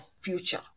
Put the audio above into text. future